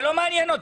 זה לא מעניין אותי.